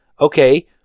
Okay